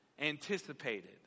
anticipated